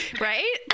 right